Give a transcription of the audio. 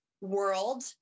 world